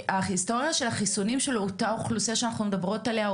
ההיסטוריה של החיסונים של אותה אוכלוסיה שאנחנו מדברות עליה,